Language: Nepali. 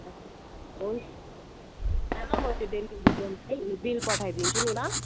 म त्यो डेलिभरी बोयलाई बिल पठाइदिन्छु नि ल